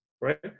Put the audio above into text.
right